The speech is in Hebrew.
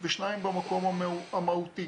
זה יכול להיות